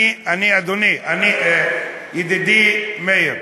אדוני, ידידי מאיר,